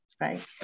right